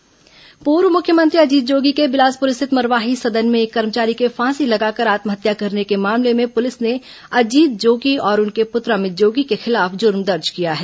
जोगी FIR पूर्व मुख्यमंत्री अजीत जोगी के बिलासपुर स्थित मरवाही सदन में एक कर्मचारी के फांसी लगाकर आत्महत्या करने के मामले में पुलिस ने अजीत जोगी और उनके पुत्र अमित जोगी के खिलाफ जुर्म दर्ज किया है